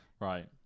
Right